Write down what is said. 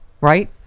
right